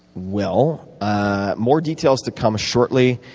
well, ah more details to come shortly.